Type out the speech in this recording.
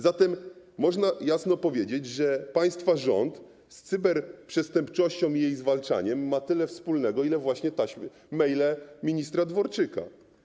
Zatem można jasno powiedzieć, że państwa rząd z cyberprzestępczością i jej zwalczaniem ma tyle wspólnego, ile właśnie maile ministra Dworczyka.